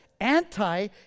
anti